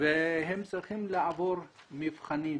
והם צריכים לעבור מבחנים.